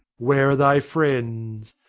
where are thy friends?